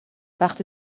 وقتی